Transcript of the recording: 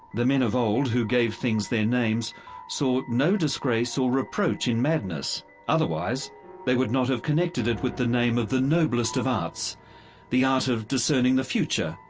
the men of old who gave things their names saw so no disgrace or reproach in madness otherwise they would not have connected it with the name of the noblest of arts the art of discerning the future,